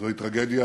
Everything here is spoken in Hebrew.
זו טרגדיה